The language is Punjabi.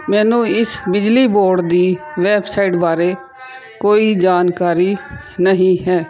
ਮੈਨੂੰ ਇਸ ਬਿਜਲੀ ਬੋਰਡ ਦੀ ਵੈਬਸਾਈਟ ਬਾਰੇ ਕੋਈ ਜਾਣਕਾਰੀ ਨਹੀਂ ਹੈ